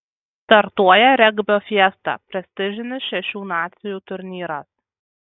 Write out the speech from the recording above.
startuoja regbio fiesta prestižinis šešių nacijų turnyras